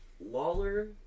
Lawler